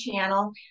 channel